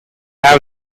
have